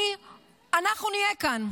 אנחנו נהיה כאן,